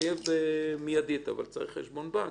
מחייב מידית אבל צריך חשבון בנק.